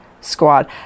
squad